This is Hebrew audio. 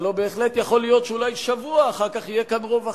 הלוא בהחלט יכול להיות שאולי שבוע אחר כך יהיה כאן רוב אחר.